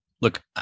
look